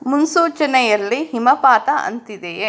ಮುನ್ಸೂಚನೆಯಲ್ಲಿ ಹಿಮಪಾತ ಅಂತಿದೆಯೇ